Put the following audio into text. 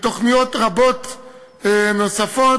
בתוכניות רבות נוספות.